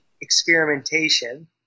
experimentation